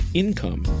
income